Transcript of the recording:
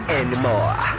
anymore